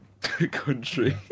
country